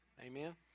Amen